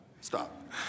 stop